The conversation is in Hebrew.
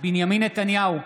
בנימין נתניהו,